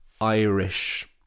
Irish